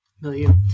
Million